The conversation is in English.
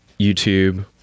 youtube